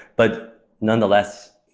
but nonetheless,